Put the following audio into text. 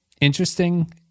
interesting